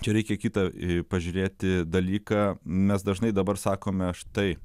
čia reikia kitą pažiūrėti dalyką mes dažnai dabar sakome štai